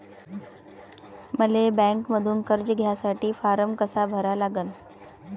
मले बँकेमंधून कर्ज घ्यासाठी फारम कसा भरा लागन?